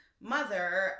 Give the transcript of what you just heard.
mother